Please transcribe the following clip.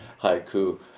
haiku